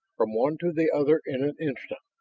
from one to the other in an instant.